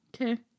Okay